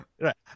Right